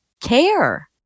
care